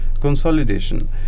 consolidation